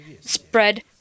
spread